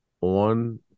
on